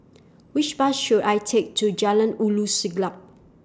Which Bus should I Take to Jalan Ulu Siglap